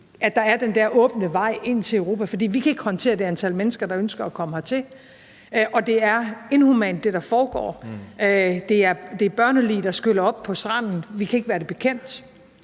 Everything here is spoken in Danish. at der er den der åbne vej ind til Europa, fordi vi ikke kan håndtere det antal mennesker, der ønsker at komme hertil, og det, der foregår, er inhumant. Det er børnelig, der skyller op på stranden. Vi kan ikke være det bekendt.